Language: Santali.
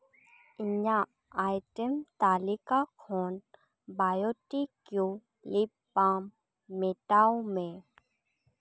ᱤᱧᱟᱜ ᱟᱭᱴᱮᱢ ᱛᱟᱞᱤᱠᱟ ᱠᱷᱚᱱ ᱵᱟᱭᱳᱴᱤᱠᱤᱭᱩ ᱞᱤᱯᱵᱟᱢ ᱢᱮᱴᱟᱣ ᱢᱮ